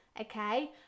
okay